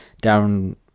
down